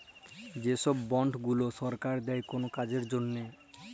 যে ছব বল্ড গুলা সরকার দেই কল কাজের জ্যনহে